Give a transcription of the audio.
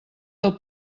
del